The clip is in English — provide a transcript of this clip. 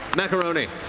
macaroni.